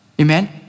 Amen